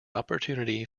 opportunity